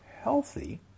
healthy